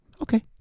Okay